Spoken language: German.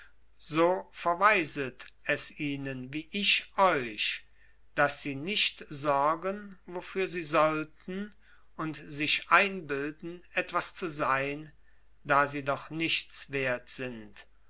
so verweiset es ihnen wie ich euch daß sie nicht sorgen wofür sie sollten und sich einbilden etwas zu sein da sie doch nichts wert sind